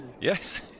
Yes